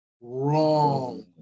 wrong